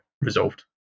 resolved